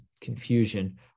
confusion